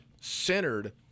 centered